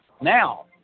Now